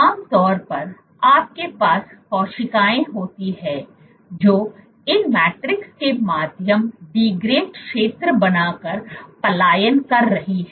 आम तौर पर आपके पास कोशिकाएं होती हैं जो इन मैट्रिस के माध्यम डीग्रेडेड क्षेत्र बनाकर पलायन कर रही हैं